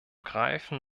greifen